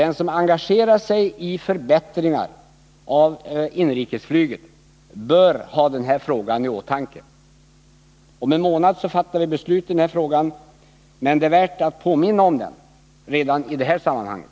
Den som engagerar «sig för förbättringar av inrikesflyget bör ha den här frågan i åtanke. Om en månad fattar vi beslut i frågan, men det är värt att påminna om detta i det här sammanhanget.